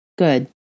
Good